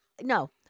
no